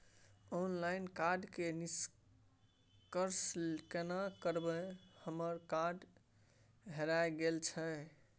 Online card के निष्क्रिय केना करबै हमर कार्ड हेराय गेल छल?